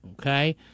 okay